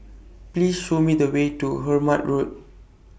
Please Show Me The Way to Hemmant Road